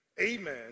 amen